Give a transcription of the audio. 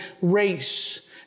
race